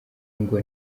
ngo